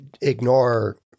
ignore